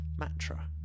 Matra